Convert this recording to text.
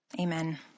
Amen